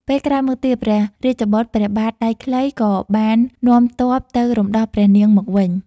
ពេលក្រោយមកទៀត ព្រះរាជបុត្រព្រះបាទដៃខ្លីក៏បាននាំទ័ពទៅរំដោះព្រះនាងមកវិញ។